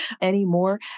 anymore